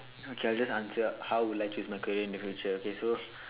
okay I just answer how would I choose my career in the future okay so